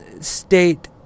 state